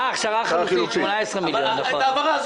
אה, הכשרה חינוכית, נכון.